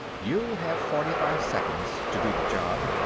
you'll have forty-five seconds to do the job,